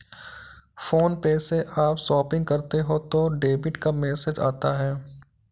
phone पे से आप शॉपिंग करते हो तो डेबिट का मैसेज आता है